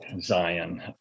Zion